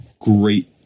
Great